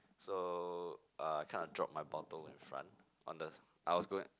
so uh I kinda drop my bottle in front on the I was going